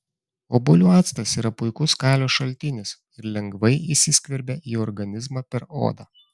obuolių actas yra puikus kalio šaltinis ir lengvai įsiskverbia į organizmą per odą